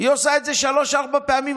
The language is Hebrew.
היא עושה את זה שלוש-ארבע פעמים,